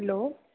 hello